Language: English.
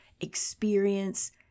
experience